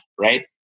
right